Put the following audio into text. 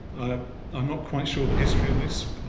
i'm not quite sure the history of this.